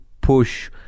push